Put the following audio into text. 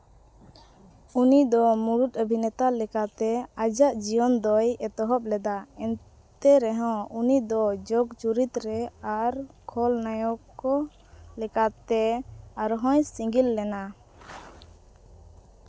ᱩᱱᱤ ᱫᱚ ᱢᱩᱬᱩᱫ ᱚᱵᱷᱤᱱᱮᱛᱟ ᱞᱮᱠᱟᱛᱮ ᱟᱡᱟᱜ ᱡᱤᱣᱚᱱ ᱫᱚᱭ ᱮᱛᱚᱦᱚᱵ ᱞᱮᱫᱟ ᱮᱱᱛᱮ ᱨᱮ ᱦᱚᱸ ᱩᱱᱤ ᱫᱚ ᱡᱳᱜᱽ ᱪᱩᱨᱤᱛ ᱨᱮ ᱟᱨ ᱠᱷᱚᱞᱱᱟᱭᱚᱠ ᱞᱮᱠᱟᱛᱮ ᱟᱨ ᱦᱚᱸᱭ ᱥᱤᱜᱤᱞ ᱞᱮᱱᱟ